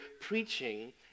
preaching